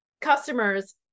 customers